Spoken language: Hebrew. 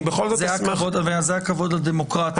זה הכבוד לדמוקרטיה.